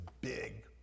big